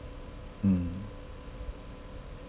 mm